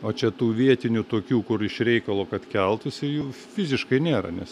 o čia tų vietinių tokių kur iš reikalo kad keltųsi jų fiziškai nėra nes